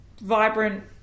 vibrant